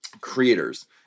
creators